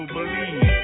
Believe